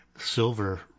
silver